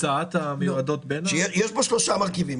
יש בו שלושה מרכיבים,